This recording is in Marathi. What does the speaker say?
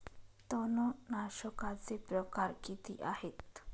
तणनाशकाचे प्रकार किती आहेत?